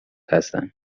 هستن